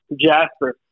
Jasper